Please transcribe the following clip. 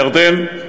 בבקשה.